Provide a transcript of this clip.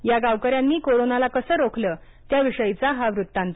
या गावकऱ्यांनी कोरोनाला कसं रोखलं त्याविषयीचा हा वृत्तांत